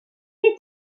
était